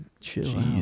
chill